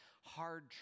hard